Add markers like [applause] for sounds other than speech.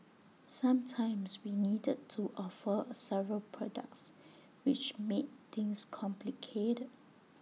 sometimes we needed to offer several products [noise] which made things complicated